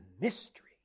mystery